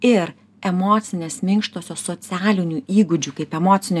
ir emocinės minkštosios socialinių įgūdžių kaip emocinio